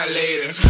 later